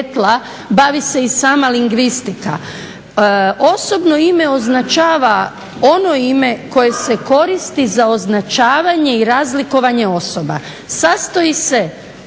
bavi se i sama lingvistika. Osobno ime označava ono ime koje se koristi za označavanje i razlikovanje osoba. Sastoji se,